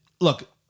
look